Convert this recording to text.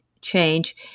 change